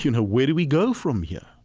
you know where do we go from here?